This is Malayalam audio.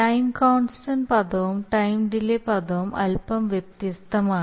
ടൈം കോൺസ്റ്റൻന്റ് പദവും ടൈം ഡിലേ പദവും അല്പം വ്യത്യസ്തമാണ്